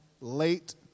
late